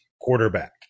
quarterback